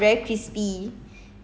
later I make for you